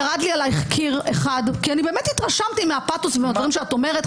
ירד לי עליך קיר אחד כי באמת התרשמתי מהדברים מהפאתוס ומהדברים שאמרת.